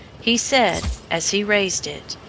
he said, as he raised it,